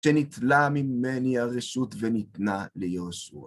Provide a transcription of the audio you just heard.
שנטלה ממני הרשות וניתנה ליהושע.